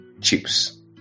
chips